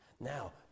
Now